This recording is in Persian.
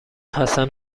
حسن